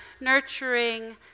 nurturing